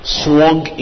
swung